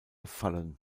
fallen